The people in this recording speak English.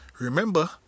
remember